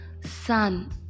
sun